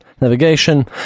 navigation